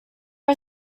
are